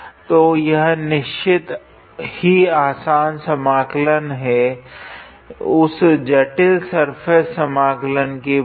तो यह निश्चित ही आसन समाकलन है उस जटिल सर्फेस समाकलन की बजाए